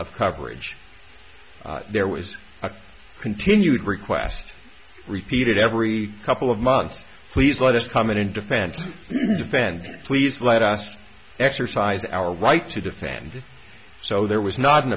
of coverage there was a continued request repeated every couple of months please let us comment in defense defend please let us exercise our right to defend so there was not an